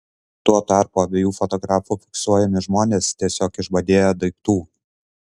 tuo tarpu abiejų fotografų fiksuojami žmonės tiesiog išbadėję daiktų